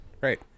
Right